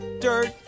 dirt